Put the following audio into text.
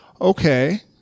Okay